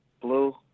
Blue